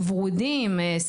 ורודים,